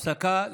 הפסקה.